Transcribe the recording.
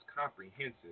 comprehensive